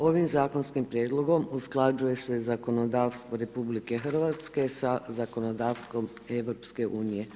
Ovim zakonskim prijedlogom usklađuje se zakonodavstvo RH sa zakonodavstvom EU.